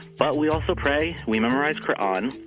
but we also pray, we memorize qur'an,